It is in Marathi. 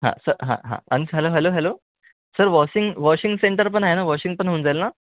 हां सर हां हां आणि hello hello hello sir washing washing centre पण आहे ना वॉशिंग पण होऊन जाईल ना